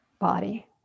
body